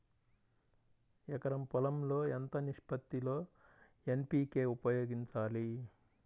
ఎకరం పొలం లో ఎంత నిష్పత్తి లో ఎన్.పీ.కే ఉపయోగించాలి?